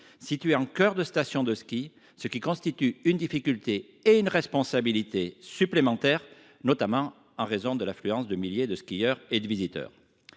situé au coeur de la station de ski, ce qui constitue une difficulté et une responsabilité supplémentaires, notamment en raison de l'affluence de milliers de skieurs et de visiteurs.